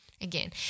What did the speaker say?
again